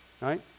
Right